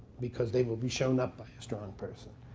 because they will be shown up by a strong person.